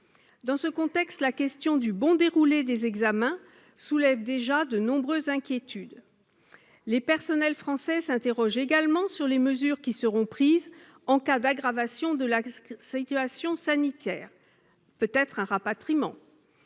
Dans ce contexte, la question du bon déroulé des examens soulève déjà de nombreuses inquiétudes. Les personnels français s'interrogent également sur les mesures qui seront prises en cas d'aggravation de la situation sanitaire- peut-être un rapatriement